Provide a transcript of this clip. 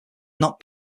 not